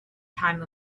time